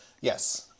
Yes